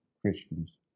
Christians